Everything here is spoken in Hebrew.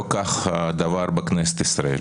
לא כך הדבר בכנסת ישראל.